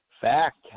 Fact